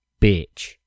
Bitch